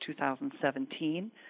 2017